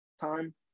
time